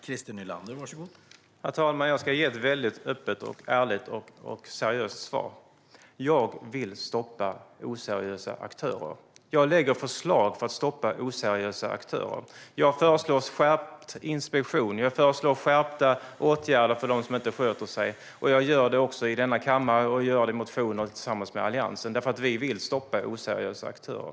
Herr talman! Jag ska ge ett väldigt öppet, ärligt och seriöst svar. Jag vill stoppa oseriösa aktörer. Jag lägger fram förslag för att stoppa oseriösa aktörer. Jag föreslår skärpt inspektion och skärpta åtgärder för dem som inte sköter sig. Jag gör det i denna kammare och i motioner tillsammans med Alliansen. Vi vill stoppa oseriösa aktörer.